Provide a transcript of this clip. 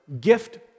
Gift